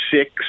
six